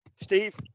Steve